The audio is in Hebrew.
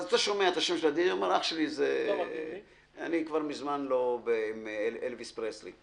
אתה שומע את השם של הדי-ג'יי ואומר: "אני כבר מזמן לא עם אלביס פרסלי,